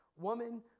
Woman